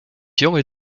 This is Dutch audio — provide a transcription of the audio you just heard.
jonge